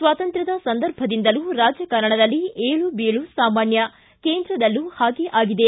ಸ್ವಾತಂತ್ರ್ಯದ ಸಂದರ್ಭದಿಂದಲೂ ರಾಜಕಾರಣದಲ್ಲಿ ಏಳು ಬೀಳು ಸಾಮಾನ್ಯ ಕೇಂದ್ರದಲ್ಲೂ ಹಾಗೆ ಆಗಿದೆ